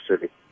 city